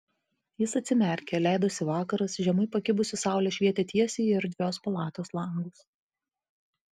jis atsimerkė leidosi vakaras žemai pakibusi saulė švietė tiesiai į erdvios palatos langus